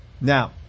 Now